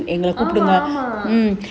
ஆமா ஆமா:aamaa aamaa